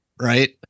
right